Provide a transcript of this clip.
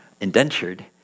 indentured